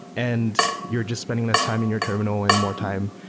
and you're just spending this time in your terminal and more time,